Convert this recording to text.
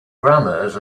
grammars